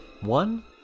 One